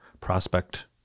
Prospect